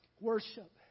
Worship